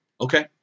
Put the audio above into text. Okay